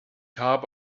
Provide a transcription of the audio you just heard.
habe